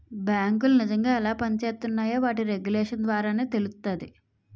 బేంకులు నిజంగా ఎలా పనిజేత్తున్నాయో వాటి రెగ్యులేషన్స్ ద్వారానే తెలుత్తాది